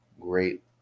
great